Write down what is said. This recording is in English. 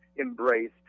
embraced